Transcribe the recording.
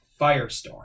Firestorm